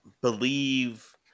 believe